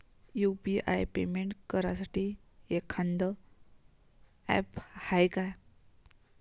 UPI payment करासाठी एखांद app हाय का?